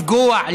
לפגוע,